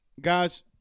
Guys